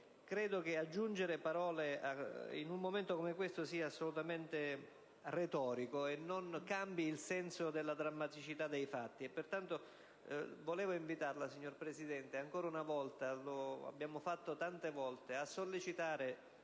Credo che aggiungere parole in un momento come questo sia assolutamente retorico e non cambi il senso della drammaticità dei fatti: